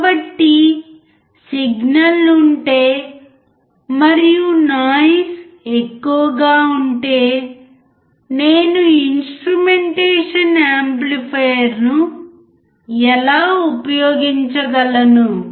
కాబట్టి సిగ్నల్ ఉంటే మరియు నాయిస్ ఎక్కువగా ఉంటే నేను ఇన్స్ట్రుమెంటేషన్ యాంప్లిఫైయర్ను ఎలా ఉపయోగించగలను